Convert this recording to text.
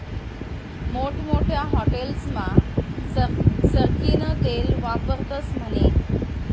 मोठमोठ्या हाटेलस्मा सरकीनं तेल वापरतस म्हने